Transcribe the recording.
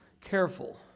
Careful